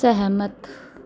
ਸਹਿਮਤ